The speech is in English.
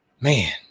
man